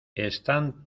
están